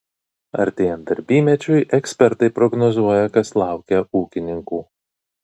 artėjant darbymečiui ekspertai prognozuoja kas laukia ūkininkų